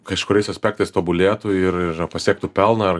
kažkuriais aspektais tobulėtų ir ir pasiektų pelną ar